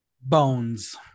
bones